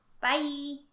Bye